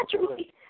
naturally